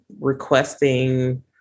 requesting